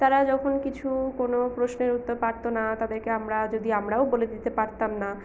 তারা যখন কিছু কোন প্রশ্নের উত্তর পারত না তাদেরকে আমরা যদি আমরাও বলে দিতে পারতাম না